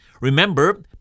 Remember